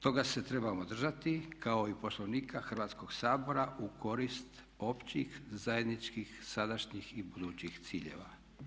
Toga se trebamo držati kao i Poslovnika Hrvatskog sabora u korist općih, zajedničkih, sadašnjih i budućih ciljeva.